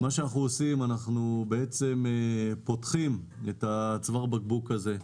אנחנו פותחים את צוואר הבקבוק הזה,